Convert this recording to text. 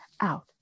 out